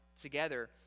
together